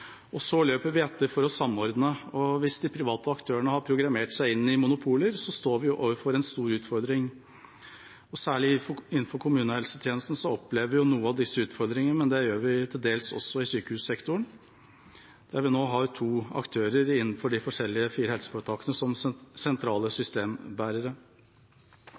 politikkutviklingen, så løper vi etter for å samordne. Og hvis de private aktørene har programmert seg inn i monopoler, står vi overfor en stor utfordring. Særlig innenfor kommunehelsetjenesten opplever vi noen av disse utfordringene, men det gjør vi til dels også i sykehussektoren, der vi nå har to aktører innenfor de fire forskjellige helseforetakene som sentrale systembærere.